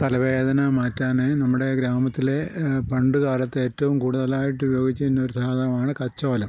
തലവേദന മാറ്റാനായി നമ്മുടെ ഗ്രാമത്തിലെ പണ്ട് കാലത്ത് ഏറ്റവും കൂടുതലായിട്ട് ഉപയോഗിച്ചിരുന്ന ഒരു സാധനമാണ് കച്ചോലം